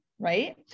right